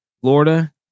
Florida